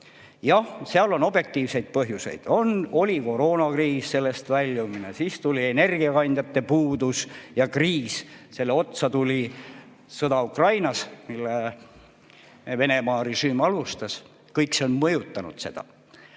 Jah, seal on objektiivseid põhjuseid. Oli koroonakriis, sellest väljumine, siis tuli energiakandjate puudus ja kriis, selle otsa tuli sõda Ukrainas, mida Venemaa režiim alustas – kõik see on seda